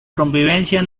convivencia